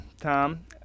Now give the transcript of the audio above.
tom